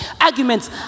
arguments